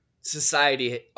Society